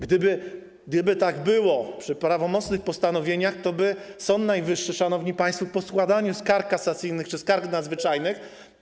Gdyby tak było przy prawomocnych postanowieniach, toby Sąd Najwyższy, szanowni państwo, po składaniu skarg kasacyjnych czy skarg nadzwyczajnych.